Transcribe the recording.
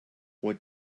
what